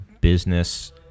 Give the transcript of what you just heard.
business